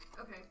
Okay